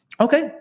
Okay